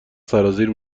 سرازیر